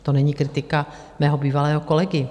To není kritika mého bývalého kolegy.